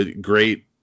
great